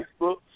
Facebook